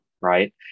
right